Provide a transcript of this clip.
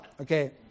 okay